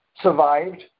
survived